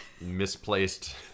misplaced